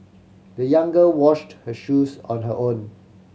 the young girl washed her shoes on her own